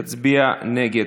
יצביע נגד.